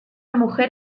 mujer